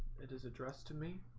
it is addressed to me.